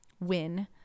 win